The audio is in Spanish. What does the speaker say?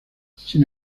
sin